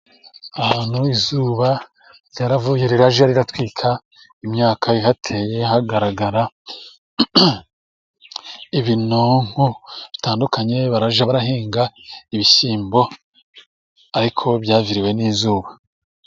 Ahantu izuba ryaravuye rirangije ritwika imyaka ihateye, hagaragara ibintu bitandukanye baraje barahinga ibishyimbo ariko byaviriwe n'izuba.